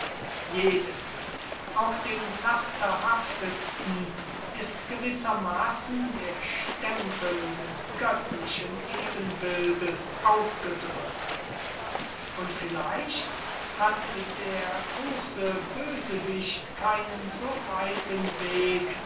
jedem auch dem lasterhaftesten ist gewissermaßen der stempel des göttlichen ebenbilds aufgedrückt und vielleicht hat der große bösewicht keinen so weiten weg